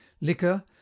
liquor